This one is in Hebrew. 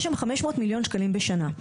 יש שם חמש מאות מיליון שקלים בשנה.